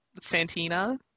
Santina